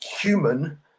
human